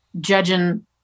judging